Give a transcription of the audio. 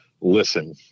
listen